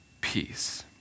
peace